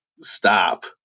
stop